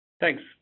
Thanks